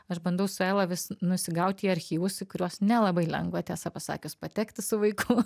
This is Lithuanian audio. aš bandau su ela vis nusigauti į archyvus į kuriuos nelabai lengva tiesą pasakius patekti su vaiku